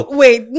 wait